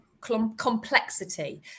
complexity